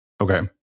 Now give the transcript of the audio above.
Okay